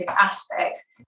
aspects